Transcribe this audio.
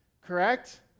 correct